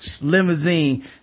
limousine